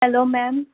hello ma'am